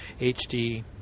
HD